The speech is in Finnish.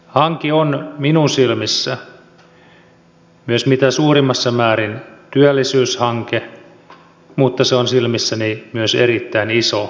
hanke on minun silmissäni myös mitä suurimmassa määrin työllisyyshanke mutta se on silmissäni myös erittäin iso ympäristökysymys